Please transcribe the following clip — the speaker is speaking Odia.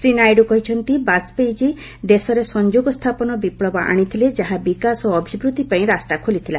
ଶ୍ରୀ ନାଇଡୁ କହିଛନ୍ତି ବାଜପେୟୀ କ୍ରୀ ଦେଶରେ ସଂଯୋଗ ସ୍ଥାପନ ବିପ୍ଲବ ଆଣିଥିଲେ ଯାହା ବିକାଶ ଓ ଅଭିବୃଦ୍ଧି ପାଇଁ ରାସ୍ତା ଖୋଲିଥିଲା